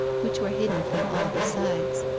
which were hidden from all besides.